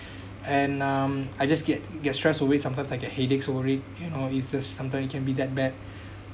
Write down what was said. and um I just get get stress away sometimes I get headaches worried you know it's just sometimes it can be that bad